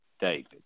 David